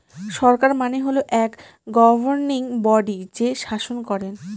সরকার মানে হল এক গভর্নিং বডি যে শাসন করেন